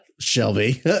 Shelby